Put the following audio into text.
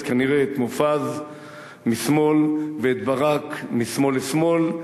כנראה את מופז משמאל ואת ברק משמאל לשמאל,